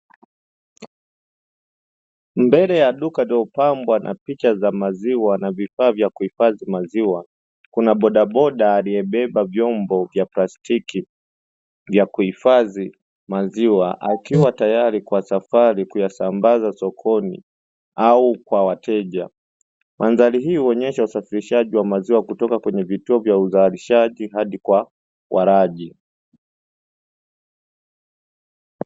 Mbele ya duka lililopambwa na picha za maziwa na vifaa vya kuhifadhi maziwa, kuna bodaboda aliyebeba vyombo vya plastiki vya kuhifadhi maziwa akiwa tayari kwa safari kuyasambaza sokoni au kwa wateja. Mandhari hii huonyesha usafirishaji wa maziwa kutoka kwenye vituo vya uzalishaji hadi kwa walaji.